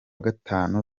gatanu